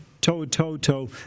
toe-toe-toe